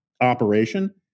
operation